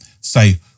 say